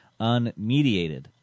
unmediated